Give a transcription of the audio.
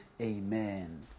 amen